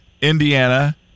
Indiana